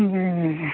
जी जी जी